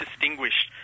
distinguished